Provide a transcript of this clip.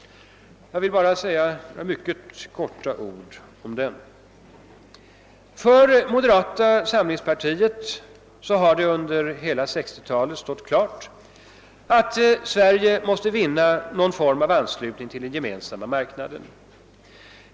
Jag vill bara säga några få ord om den. För moderata samlingspartiet har det under hela 1960-talet stått klart, att Sverige måste finna någon form av anslutning till den Gemensamma marknaden.